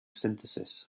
synthesis